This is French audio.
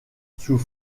sous